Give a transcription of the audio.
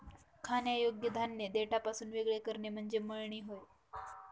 खाण्यायोग्य धान्य देठापासून वेगळे करणे म्हणजे मळणी होय